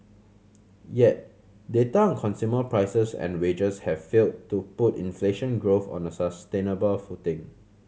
yet data on consumer prices and wages have failed to put inflation growth on a sustainable footing